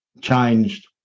changed